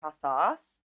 process